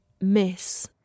miss